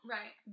Right